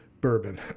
Bourbon